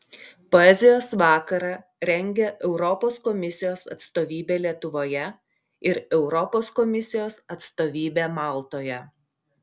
poezijos vakarą rengia europos komisijos atstovybė lietuvoje ir europos komisijos atstovybė maltoje